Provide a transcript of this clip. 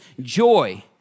joy